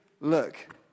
look